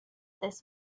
this